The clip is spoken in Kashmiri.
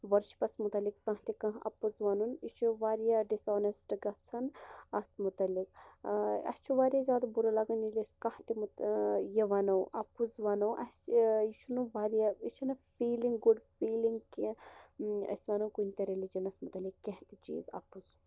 ؤرشِپَس مُتعلِق زانٛہہ تہِ کانٛہہ اَپُز وَنُن یہِ چھُ واریاہ ڈِس آنیٚسٹ گَژھان اتھ مُتعلِق اسہ چھ واریاہ زیادٕ بُرٕ لاگان ییٚلہِ أسۍ کانٛہہ تہِ یہِ وَنو اَپُز وَنو اسہ یہ چھُ نہ واریاہ یہ چھ نہ فیٖلِنٛگ گُڈ فیٖلِنٛگ کینٛہہ أسۍ ونو کُنہ تہِ ریٚلِجَنَس مُتعلِق کینٛہہ تہِ چیٖز اَپُز